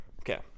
Okay